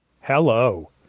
hello